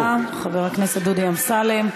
תודה רבה חבר הכנסת דודי אמסלם.